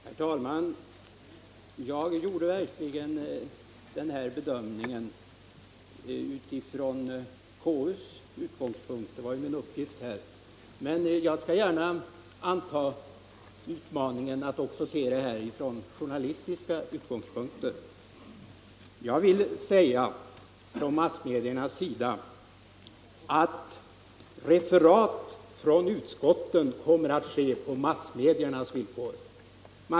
Herr talman! Jag gjorde verkligen min bedömning utifrån konstitutionsutskottets utgångspunkter, eftersom det har varit min uppgift här. Men jag skall gärna anta utmaningen att också se saken från journalistiska utgångspunkter. Referat från utskotten kommer att ske på massmediernas villkor.